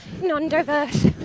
non-diverse